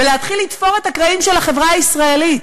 ולהתחיל לתפור את הקרעים של החברה הישראלית.